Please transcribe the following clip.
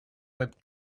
web